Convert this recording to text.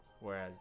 whereas